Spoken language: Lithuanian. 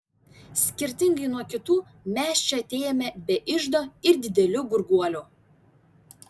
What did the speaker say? skirtingai nuo kitų mes čia atėjome be iždo ir didelių gurguolių